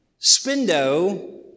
spindo